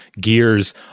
Gears